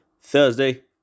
Thursday